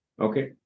Okay